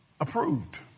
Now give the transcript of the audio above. approved